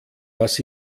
was